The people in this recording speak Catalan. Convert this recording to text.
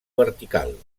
vertical